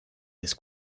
this